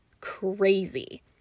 crazy